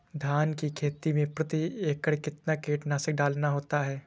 धान की खेती में प्रति एकड़ कितना कीटनाशक डालना होता है?